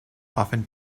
often